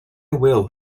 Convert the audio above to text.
will